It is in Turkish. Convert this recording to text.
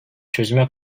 çözüme